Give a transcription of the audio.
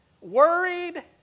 worried